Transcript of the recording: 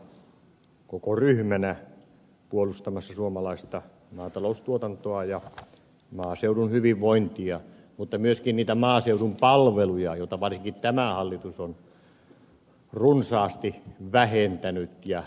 vasemmistoliitto on hyvin mukana koko ryhmänä puolustamassa suomalaista maataloustuotantoa ja maaseudun hyvinvointia mutta myöskin niitä maaseudun palveluja joita varsinkin tämä hallitus on runsaasti vähentänyt ja lopettanut